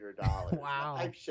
Wow